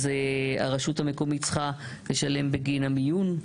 אז הרשות המקומית אמורה לשלם בגין המיון.